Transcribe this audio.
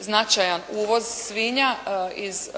značajan uvoz svinja iz